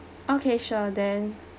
okay sure then